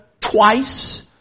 Twice